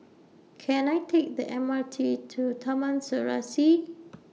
Can I Take The M R T to Taman Serasi